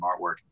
artwork